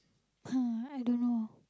uh I don't know